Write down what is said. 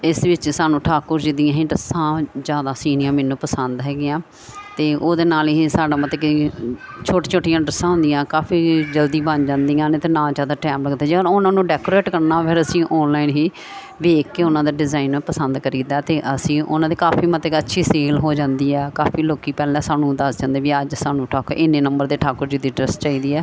ਇਸ ਵਿੱਚ ਸਾਨੂੰ ਠਾਕੁਰ ਜੀ ਦੀਆਂ ਹੀ ਡਰੈੱਸਾਂ ਜ਼ਿਆਦਾ ਸਿਓਣੀਆਂ ਮੈਨੂੰ ਪਸੰਦ ਹੈਗੀਆਂ ਤੇ ਉਹਦੇ ਨਾਲ ਹੀ ਸਾਡਾ ਮਤਕਿ ਛੋਟ ਛੋਟੀਆਂ ਡਰੈੱਸਾਂ ਹੁੰਦੀਆਂ ਕਾਫੀ ਜਲਦੀ ਬਣ ਜਾਂਦੀਆਂ ਨੇ ਅਤੇ ਨਾ ਜ਼ਿਆਦਾ ਟਾਈਮ ਲੱਗਦਾ ਜੇ ਉਹਨ ਉਹਨਾਂ ਨੂੰ ਡੈਕੋਰੇਟ ਕਰਨਾ ਫਿਰ ਅਸੀਂ ਆਨਲਾਈਨ ਹੀ ਵੇਖ ਕੇ ਉਹਨਾਂ ਦੇ ਡਿਜ਼ਾਇਨ ਪਸੰਦ ਕਰੀ ਦਾ ਅਤੇ ਅਸੀਂ ਉਹਨਾਂ ਦੇ ਕਾਫੀ ਮਤਕਿ ਅੱਛੀ ਸੇਲ ਹੋ ਜਾਂਦੀ ਆ ਕਾਫੀ ਲੋਕ ਪਹਿਲਾਂ ਸਾਨੂੰ ਦੱਸ ਦਿੰਦੇ ਅੱਜ ਸਾਨੂੰ ਠਾਕੁ ਇੰਨੇ ਨੰਬਰ ਦੇ ਠਾਕੁਰ ਜੀ ਦੀ ਡਰੈੱਸ ਚਾਹੀਦੀ ਆ